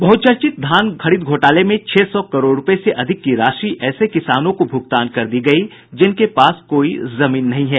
बह्चर्चित धान खरीद घोटाले में छह सौ करोड़ रूपये से अधिक की राशि ऐसे किसानों को भूगतान कर दी गयी जिनके पास कोई जमीन नहीं है